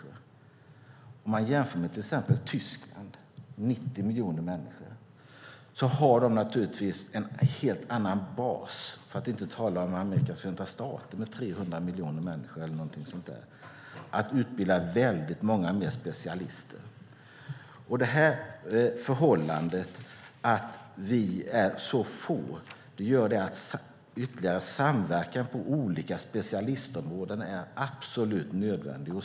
Om vi jämför med till exempel Tyskland som har 90 miljoner, för att inte tala om Amerikas förenta stater med 300 miljoner eller någonting sådant, har de naturligtvis en helt annan bas att utbilda många fler specialister. Att vi är så få gör att ytterligare samverkan på olika specialistområden är absolut nödvändigt.